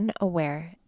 unaware